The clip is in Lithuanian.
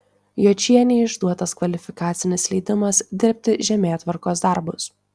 juočienei išduotas kvalifikacinis leidimas dirbti žemėtvarkos darbus